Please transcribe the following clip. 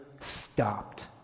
stopped